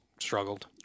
struggled